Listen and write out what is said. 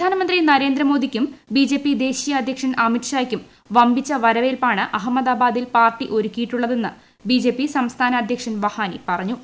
പ്രധാനമന്ത്രി നരേന്ദ്രമോദിക്കും B J P ദേശീയ അധ്യക്ഷൻ അമിത്ഷയ്ക്കും വമ്പിച്ച വരവേൽപ്പാണ് അഹമ്മദാബാദിൽ പാർട്ടി ഒരുക്കിയിട്ടുള്ളതെന്ന് ബി ജെ പി സംസ്ഥാന അധ്യക്ഷൻ വഗ്ഹാനി പറഞ്ഞു